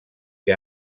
que